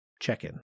check-in